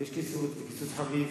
יש קיצוץ, וקיצוץ חריף,